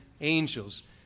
angels